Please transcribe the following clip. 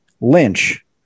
Lynch